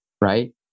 right